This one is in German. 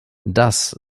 das